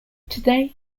today